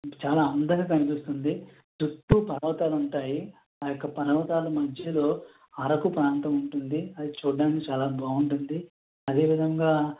చాలా అందంగా కనిపిస్తుంది చుట్టూ పర్వతాలు ఉంటాయి ఆ యొక్క పర్వతాల మధ్యలో అరకు ప్రాంతం ఉంటుంది అవి చూడ్డానికి చాలా బాగుంటుంది అదే విధంగా